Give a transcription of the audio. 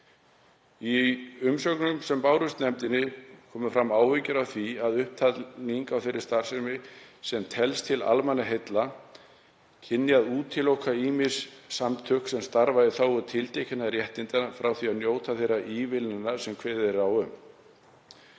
Í umsögnum sem bárust nefndinni komu fram áhyggjur af því að upptalning á þeirri starfsemi sem telst til almannaheilla kynni að útiloka ýmis samtök sem starfa í þágu tiltekinna réttinda frá því að njóta þeirra ívilnana sem kveðið er á um.